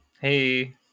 Hey